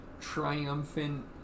triumphant